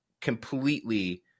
completely